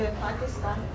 Pakistan